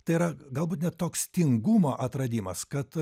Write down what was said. tai yra galbūt net toks tingumo atradimas kad